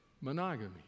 monogamy